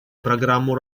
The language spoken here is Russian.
программу